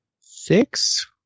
Six